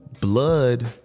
Blood